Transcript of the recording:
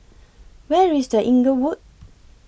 Where IS The Inglewood